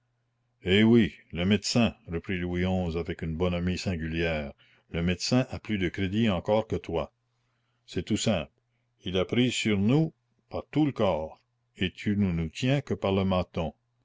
eh oui le médecin reprit louis xi avec une bonhomie singulière le médecin a plus de crédit encore que toi c'est tout simple il a prise sur nous par tout le corps et tu ne nous tiens que par le menton